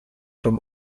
from